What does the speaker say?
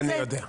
אני יודע.